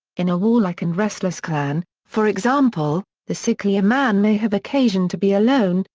in a warlike and restless clan, for example, the sicklier man may have occasion to be alone,